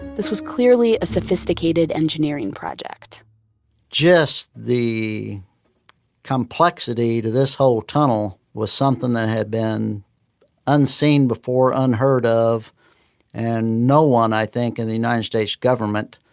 this was clearly a sophisticated engineering project just the complexity to this whole tunnel was something that had been unseen before, unheard-of, and no one, i think, in the united states government,